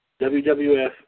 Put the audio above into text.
WWF